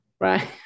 Right